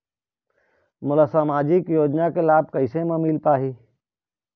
मोला सामाजिक योजना के लाभ कैसे म मिल पाही?